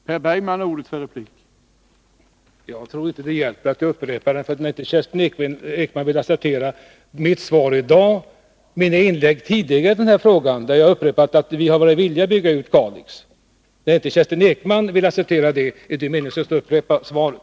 Herr talman! Jag tror inte att det hjälper att upprepa frågan, eftersom Kerstin Ekman inte vill acceptera mitt svar i mina tidigare inlägg i denna fråga i dag, där jag har upprepat att vi har varit villiga att bygga ut Kalix älv. Då Kerstin Ekman inte vill acceptera detta, är det ju meningslöst att upprepa svaret.